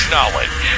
Knowledge